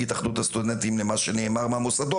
התאחדות הסטודנטים למה שנאמר מהמוסדות.